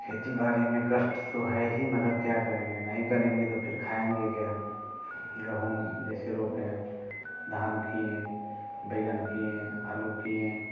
खेती बाड़ी में कष्ट तो है ही मगर क्या करेंगे नहीं करेंगे तो फिर खाएंगे क्या गहूँ जैसे रोपे हैं धान किए बैंगन किए आलू किए